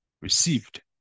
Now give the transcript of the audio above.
received